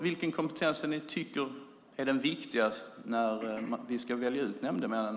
Vilken kompetens är det ni tycker är viktig när fullmäktige ska utse nämndemännen?